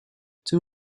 too